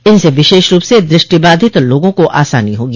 इनसे विशेष रूप से दृष्टि बाधित लोगों को आसानी होगी